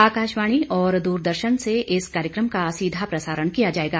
आकाशवाणी और द्रदर्शन से इस कार्यक्रम का सीधा प्रसारण किया जाएगा